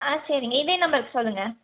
ஆ சரிங்க இதே நம்பருக்கு சொல்லுங்கள்